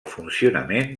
funcionament